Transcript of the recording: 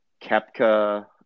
kepka